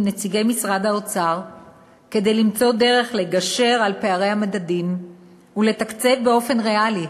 נציגי משרד האוצר כדי למצוא דרך לגשר על פערי המדדים ולתקצב באופן ריאלי